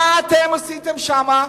מה אתם עשיתם שם?